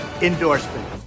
endorsement